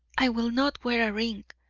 i will not wear a ring,